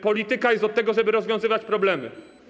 Polityka jest od tego, żeby rozwiązywać problemy.